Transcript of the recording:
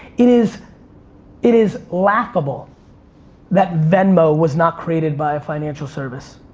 it is it is laughable that venmo was not created by a financial service.